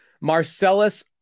Marcellus